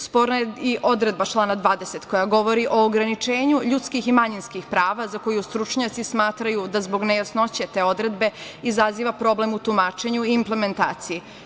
Sporna je i odredba člana 20. koja govori o ograničenju ljudskih i manjinskih prava za koju stručnjaci smatraju da zbog nejasnoće te odredbe izaziva problem u tumačenju i implementaciji.